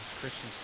Christians